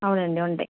అవునండి ఉంటాయి